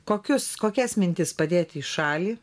kokius kokias mintis padėti į šalį